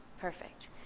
perfect